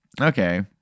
Okay